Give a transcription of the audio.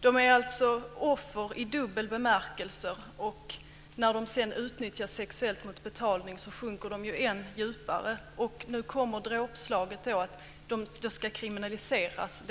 De är alltså offer i dubbel bemärkelse. När de sedan utnyttjas sexuellt mot betalning sjunker de än djupare. Nu kommer dråpslaget att det de gör ska kriminaliseras.